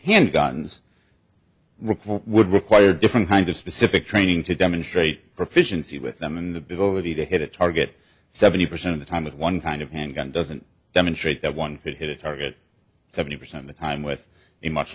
handguns would require different kinds of specific training to demonstrate proficiency with them and the bill would be to hit a target seventy percent of the time with one kind of handgun doesn't demonstrate that one could hit a target seventy percent of the time with a much